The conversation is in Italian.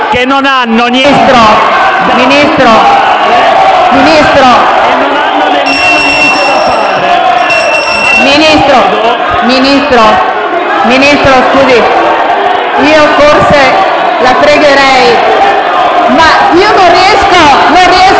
che non hanno niente da fare.